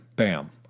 bam